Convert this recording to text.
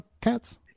cats